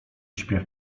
śpiew